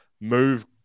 move